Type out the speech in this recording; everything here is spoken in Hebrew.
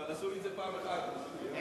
אבל עשו לי את זה, בבקשה.